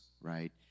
right